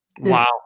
Wow